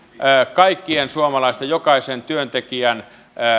kaikkien suomalaisten jokaisen työntekijän